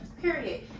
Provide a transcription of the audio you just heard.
period